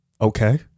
Okay